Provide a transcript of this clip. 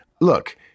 Look